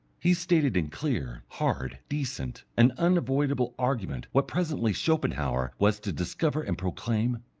he stated in clear, hard, decent, and unavoidable argument what presently schopenhauer was to discover and proclaim,